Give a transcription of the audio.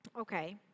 Okay